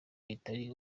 bitari